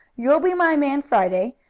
you'll be my man friday,